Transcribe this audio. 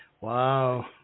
Wow